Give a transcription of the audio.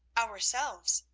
ourselves,